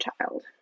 child